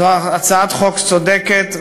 זאת הצעת חוק צודקת,